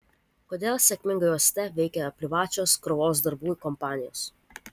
kodėl sėkmingai uoste veikia privačios krovos darbų kompanijos